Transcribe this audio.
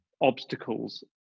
obstacles